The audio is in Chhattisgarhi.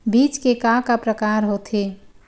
बीज के का का प्रकार होथे?